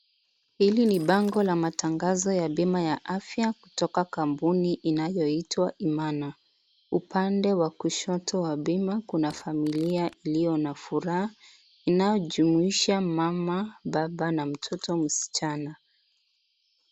Hili ni bango la matangazo ya bima ya afya kutoka kampuni inayoitwa Imana, upande wa kushoto wa bima kuna familia ilio na furaha inayojumuisha mama, baba na mtoto msichana.